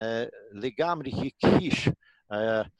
לגמרי היקיש